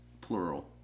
plural